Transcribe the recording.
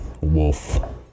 wolf